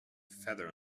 feather